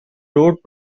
road